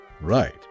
Right